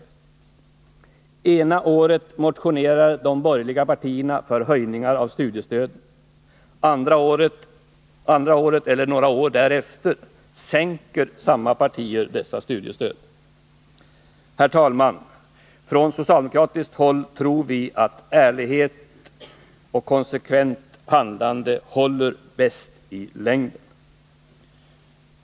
Ena året motionerar de borgerliga partierna för höjningar av studiestöden. Andra året, eller några år därefter, sänker samma partier dessa studiestöd. Herr talman! Från socialdemokratiskt håll tror vi att ärlighet och konsekvent handlande håller bäst i längden.